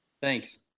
Thanks